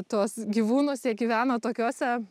tuos gyvūnus jie gyvena tokiose